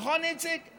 נכון, איציק?